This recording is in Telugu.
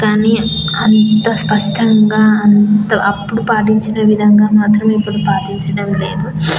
కానీ అంత స్పష్టంగా అంత అప్పుడు పాటించిన విధంగా మాత్రం ఇప్పుడు పాటించడం లేదు